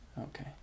Okay